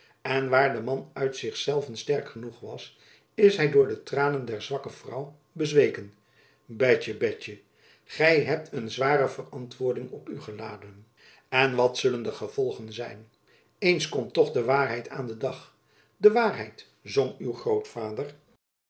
en waar de man uit zich zelven sterk genoeg was is hy voor de tranen der zwakke vrouw bezweken betjen betjen gy hebt een zware verantwoording op u geladen en wat zullen de gevolgen zijn eens komt toch de waarheid aan den dag de waarheid zong uw grootvader